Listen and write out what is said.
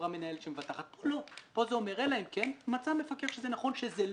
סיכון מנקודת מבט של יציבות של הגמ"ח.